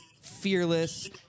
fearless